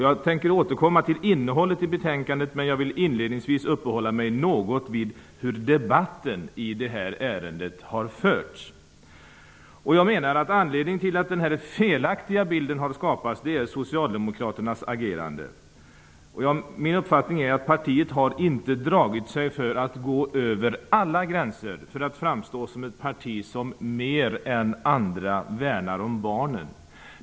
Jag tänker återkomma till innehållet i betänkandet, men jag vill inledningsvis uppehålla mig något vid hur debatten i det här ärendet har förts. Jag menar att Socialdemokraternas agerande är anledningen till att den felaktiga bilden har skapats. Min uppfattning är att partiet inte har dragit sig för att gå över alla gränser för att framstå som ett parti som värnar om barnen mer än andra.